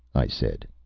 i said.